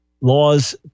laws